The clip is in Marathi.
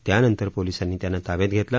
त्यानंतर पोलीसांनी त्यांना ताब्यात घेतलं